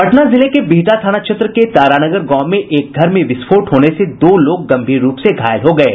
पटना जिले के बिहटा थाना क्षेत्र के तारानगर गांव में एक घर में विस्फोट होने से दो लोग गंभीर रूप से घायल हो गये